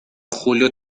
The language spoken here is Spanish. julio